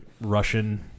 Russian